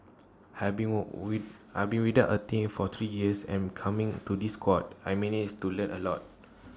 have been with I've been without A team for three years and coming to this squad I've managed to learn A lot